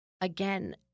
again